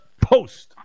post